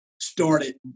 started